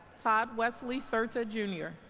todd wesley surta jr.